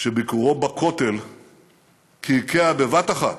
שביקורו בכותל קעקע בבת אחת,